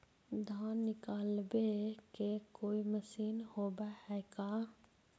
धान निकालबे के कोई मशीन होब है का?